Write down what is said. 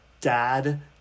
dad